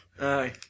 Aye